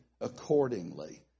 accordingly